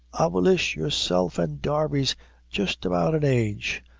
avillish! yourself and darby's jist about an age.